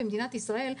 במדינת ישראל,